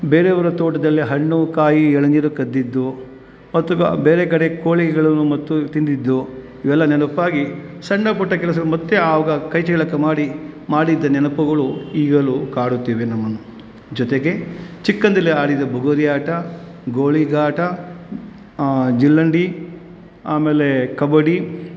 ಬೇರೆಯವರ ತೋಟದಲ್ಲಿ ಹಣ್ಣು ಕಾಯಿ ಎಳನೀರು ಕದ್ದಿದ್ದು ಮತ್ತು ಬೇರೆ ಕಡೆ ಕೋಳಿಗಳನ್ನು ಮತ್ತು ತಿಂದಿದ್ದು ಇವೆಲ್ಲ ನೆನಪಾಗಿ ಸಣ್ಣಪುಟ್ಟ ಕೆಲಸ ಮತ್ತು ಆವಾಗ ಕೈಚಳಕ ಮಾಡಿ ಮಾಡಿದ್ದ ನೆನಪುಗಳು ಈಗಲೂ ಕಾಡುತ್ತಿವೆ ನಮ್ಮನ್ನು ಜೊತೆಗೆ ಚಿಕ್ಕಂದಿಲೇ ಆಡಿದ ಬುಗುರಿ ಆಟ ಗೋಳಿಗಾಟ ಜಿಲ್ಲಂಡಿ ಆಮೇಲೆ ಕಬ್ಬಡ್ಡಿ